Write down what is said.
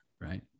right